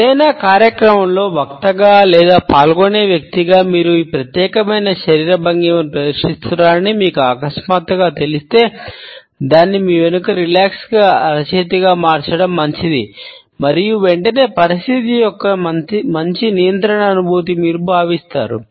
ఏదైనా కార్యక్రమంలో వక్తగా మార్చడం మంచిది మరియు వెంటనే పరిస్థితి యొక్క మంచి నియంత్రణ అనుభూతి మీరు భావిస్తారు